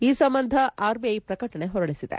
ಈ ಸಂಬಂಧ ಆರ್ಬಿಐ ಪ್ರಕಟಣೆ ಹೊರಡಿಸಿದೆ